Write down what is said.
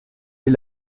est